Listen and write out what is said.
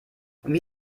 wie